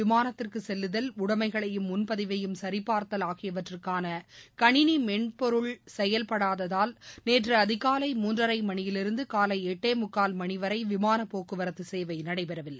விமானத்திற்கு பயணிகள் சரிபார்த்தல் ஆகியவற்றுக்கான கணினி மென்பொருள் செயல்படாததால் நேற்று அதிகாலை மூன்றரை மணியிலிருந்து காலை எட்டே முக்கால் மணிவரை விமான போக்குவரத்து சேவை நடைபெறவில்லை